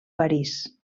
parís